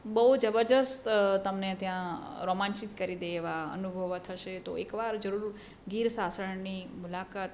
બહુ જબરજસ્ત તમને ત્યાં રોમાંચિત કરી દે એવા અનુભવો થશે તો એક વાર જરૂર ગીર શાસણની મુલાકાત